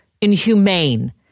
inhumane